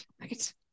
Right